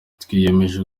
twiyemeje